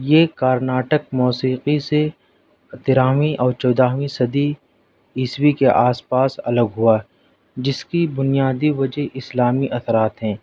یہ کرناٹک موسیقی سے تیراوہیں اور چودہویں صدی عیسوی کے آس پاس الگ ہوا جس کی بنیادی وجہ اسلامی اثرات ہیں